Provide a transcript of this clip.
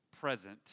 present